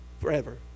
forever